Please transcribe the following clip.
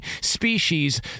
species